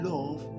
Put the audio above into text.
Love